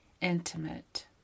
intimate